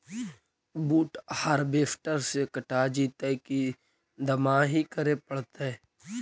बुट हारबेसटर से कटा जितै कि दमाहि करे पडतै?